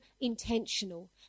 intentional